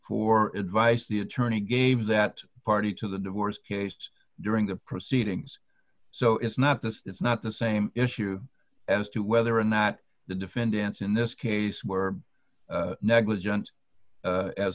for advice the attorney gave that party to the divorce case during the proceedings so it's not the it's not the same issue as to whether or not the defendants in this case were negligen